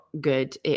good